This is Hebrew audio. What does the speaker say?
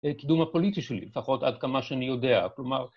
קידום הפוליטי שלי, לפחות עד כמה שאני יודע, כלומר...